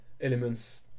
elements